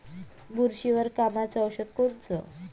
बुरशीवर कामाचं औषध कोनचं?